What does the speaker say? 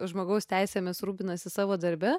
žmogaus teisėmis rūpinasi savo darbe